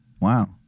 Wow